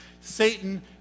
Satan